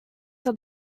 for